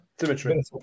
symmetry